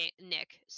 Nick